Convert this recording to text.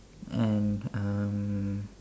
and um